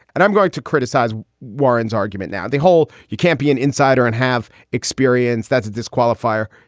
and i'm going to criticize warren's argument now. the whole he can't be an insider and have experience. that's a disqualifier.